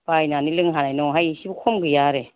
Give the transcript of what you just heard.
बायनानै लोंनो हानाय नङाहाय एसेबो खम गैया आरो